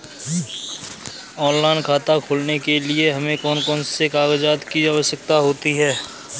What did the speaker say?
Online खाता खोलने के लिए हमें कौन कौन से कागजात की आवश्यकता होती है?